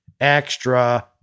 extra